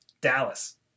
Dallas